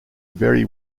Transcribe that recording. very